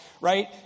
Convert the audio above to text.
right